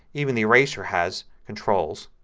even the eraser has controls